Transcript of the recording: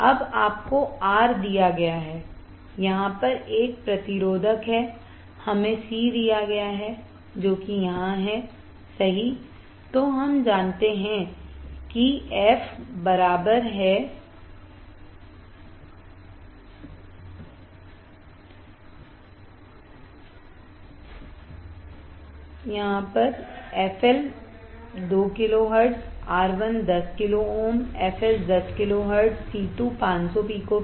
अब आपको R दिया गया है यहाँ पर एक प्रतिरोधक है हमें c दिया गया है जो कि यहाँ है सही